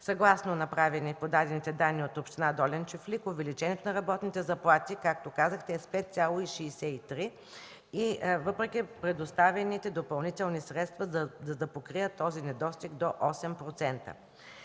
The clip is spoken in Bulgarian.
Съгласно подадените данни от община Долен чифлик увеличението на работните заплати, както казахте, е с 5,63% въпреки предоставените допълнителни средства, за да покрият този недостиг до 8%.